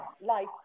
life